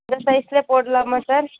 இந்த சைஸ்லேயே போடலாமா சார்